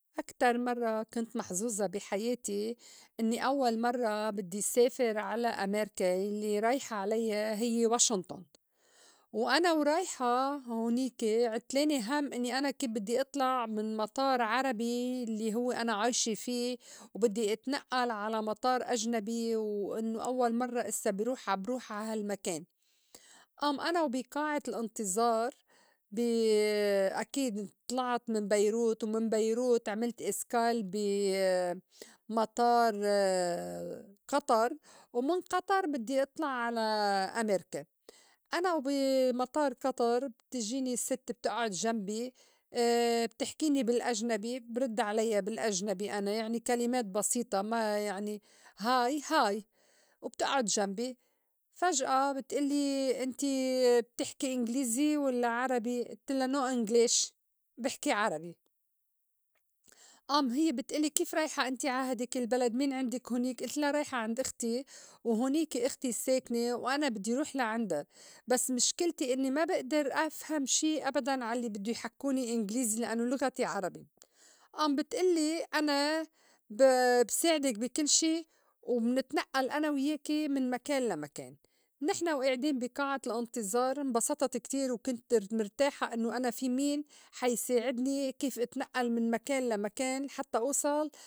أكتر مرّة كنت محزوزة بي حياتي إنّي أوّل مرّة بدّي سافر على أميركا يلّي رايحة عليّا هيّ واشِنطُن وأنا ورايحة هونيكَ عتلاني هم إنّي أنا كيف بدّي إطلع من مطار عربي الّي هوّ أنا عايشة فيه وبدّي إتنئّل على مطار أجنبي وإنّو أوّل مرّة إسّا بروح- بروح عا هالمكان، آم أنا وبي قاعة الإنتظار أكيد طلعت من بيروت ومن بيروت عملت escale بي مطار قطر ومن قطر بدّي إطلع على أميركا، أنا وبي مطار قطر بتجيني سِتْ بتئعُد جنبي بتحكيني بالأجنبي برد عليّا بالأجنبي أنا يعني كلمات بسيطة ما يعني hi hi وبتئعد جمبي فجأة بتألّي إنت بتحكي إنجليزي ولّا عربي؟ إلتلّا no english بحكي عربي. آم هي بتئلّي كيف رايحة إنت عا هيديك البلد؟ مين عندك هونيك؟ إلتلّا رايحة عند إختي وهُنيكة إختي ساكنة وأنا بدّي روح لعِندا بس مشكلتي إنّي ما بأدر أفهم شي أبداً علّي بدّو يحكّوني إنغليزي لإنّو لُغتي عربي آم بتئلّي أنا ب- بساعدك بي كل شي ومتنئّل أنا ويّاكي من مكان لمكان. نحن وئاعدين بي قاعة الإنتظار انبسطت كتير وكنت مرتاحة إنّو أنا في مين حيساعدني كيف إتنئّل من مكان لمكان حتّى أوصَل.